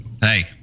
hey